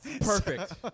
Perfect